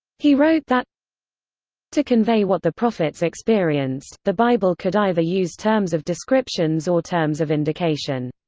he wrote that to convey what the prophets experienced, the bible could either use terms of descriptions or terms of indication.